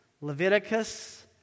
Leviticus